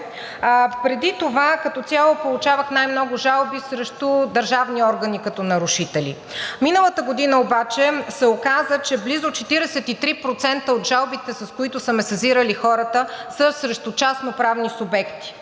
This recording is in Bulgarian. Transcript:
Преди това, като цяло получавах най-много жалби срещу държавни органи като нарушители. Миналата година обаче се оказа, че близо 43% от жалбите, с които са ме сезирали хората, са срещу частноправни субекти